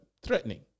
threatening